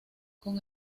con